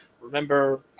Remember